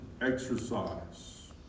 exercise